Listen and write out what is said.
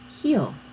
heal